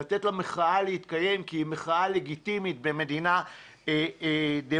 לתת למחאה להתקיים כי היא מחאה לגיטימית במדינה דמוקרטית.